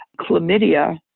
chlamydia